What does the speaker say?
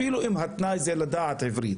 אפילו אם התנאי הוא לדעת עברית.